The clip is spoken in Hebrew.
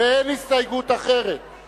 ואין הסתייגות אחרת.